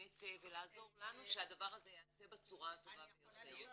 ולעזור לנו שהדבר הזה ייעשה בצורה הטוב ביותר.